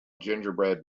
gingerbread